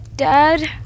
Dad